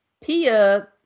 Pia